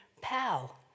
pal